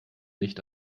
nicht